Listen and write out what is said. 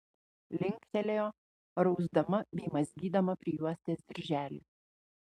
linktelėjo rausdama bei mazgydama prijuostės dirželį